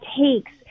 takes